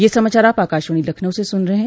ब्रे क यह समाचार आप आकाशवाणी लखनऊ से सन रहे हैं